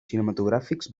cinematogràfics